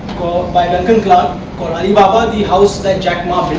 by duncan clark called alibaba the house that jack ma